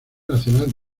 nacional